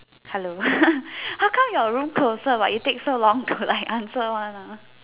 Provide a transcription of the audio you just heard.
hello how come your room closer but you take so long to like answer one lah